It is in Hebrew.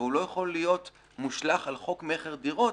אבל הוא לא יכול להיות מושלך על חוק מכר דירות,